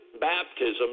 baptism